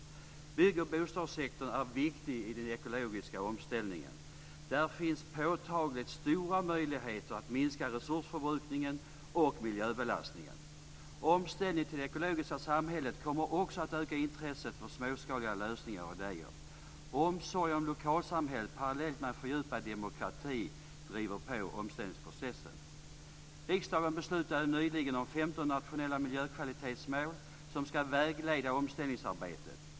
Bygg och bostadssektorn är viktig i den ekologiska omställningen. Där finns påtagligt stora möjligheter att minska resursförbrukningen och miljöbelastningen. Omställningen till det ekologiska samhället kommer också att öka intresset för småskaliga lösningar och idéer. Omsorgen om lokalsamhället, parallellt med en fördjupad demokrati, driver på omställningsprocessen. Riksdagen beslutade nyligen om 15 nationella miljökvalitetsmål som ska vägleda omställningsarbetet.